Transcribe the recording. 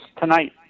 tonight